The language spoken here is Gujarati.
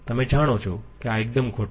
તમે જાણો છો કે આ એકદમ ખોટું છે